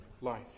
life